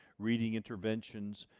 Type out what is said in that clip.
reading interventions,